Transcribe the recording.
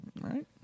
Right